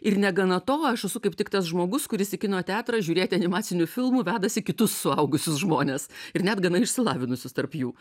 ir negana to aš esu kaip tik tas žmogus kuris į kino teatrą žiūrėti animacinių filmų vedasi kitus suaugusius žmones ir net gana išsilavinusius tarp jų